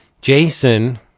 Jason